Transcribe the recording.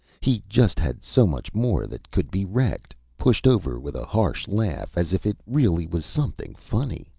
he just had so much more that could be wrecked pushed over with a harsh laugh, as if it really was something funny.